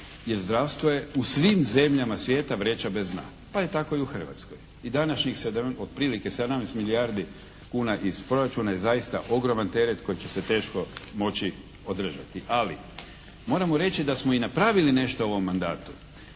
jer zdravstvo je u svim zemljama svijeta vreća bez dna, pa je tako i u Hrvatskoj. I današnjih otprilike 17 milijardi kuna iz proračuna je zaista ogroman teret koji će se teško moći održati. Ali, moramo reći da smo i napravili nešto u ovom mandatu.